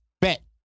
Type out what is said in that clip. Bet